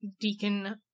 deacon